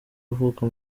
uvuka